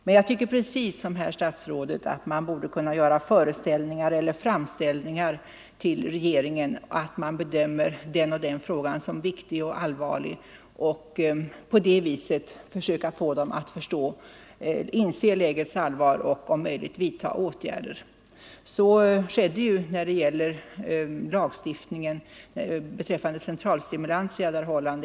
Men jag tycker precis som herr statsrådet att man borde kunna göra föreställningar eller framställningar till landets regering om att man bedömer den och den frågan som viktig och allvarlig och på det viset försöka få vederbörande att inse lägets allvar och om möjligt vidta åtgärder. Så skedde ju beträffande lagstifningen om centralstimulantia.